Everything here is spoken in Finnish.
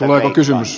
tuleeko kysymys